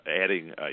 adding